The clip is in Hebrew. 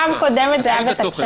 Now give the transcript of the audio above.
פעם קודמת זה היה בתקש"ח?